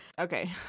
Okay